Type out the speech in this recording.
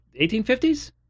1850s